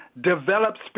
develops